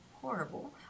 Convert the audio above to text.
horrible